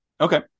Okay